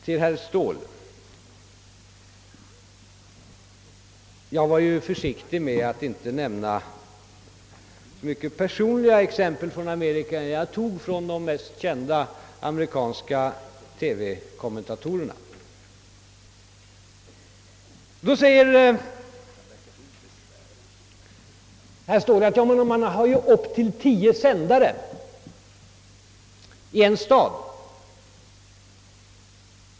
Till herr Ståhl vill jag säga, att jag var angelägen om att som exempel inte ta enskilda TV-program i Amerika, men jag nämnde några av de mest kända TV-kommentatorerna. För att visa att det verkligen förekommer konkurrens inom amerikansk TV sade herr Ståhl, att det kan finnas upp till tio sändare i samma stad.